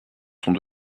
sont